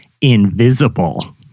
invisible